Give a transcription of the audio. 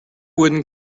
wooden